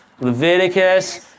Leviticus